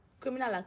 criminal